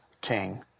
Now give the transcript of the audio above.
king